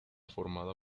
formada